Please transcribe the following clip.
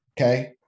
Okay